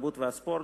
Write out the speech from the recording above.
התרבות והספורט,